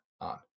On